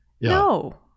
No